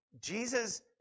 Jesus